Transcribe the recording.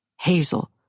Hazel